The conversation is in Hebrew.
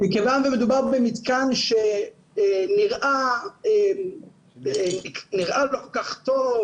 מכיוון שמדובר במתקן שנראה לא כל כך טוב,